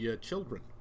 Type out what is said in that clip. children